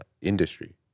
industry